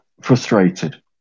frustrated